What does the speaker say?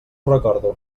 recordo